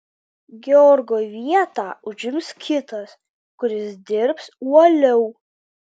georgo vietą užims kitas kuris dirbs uoliau